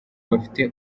bafite